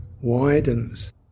widens